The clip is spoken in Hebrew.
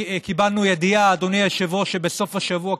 קיבלנו ידיעה בסוף השבוע,